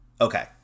Okay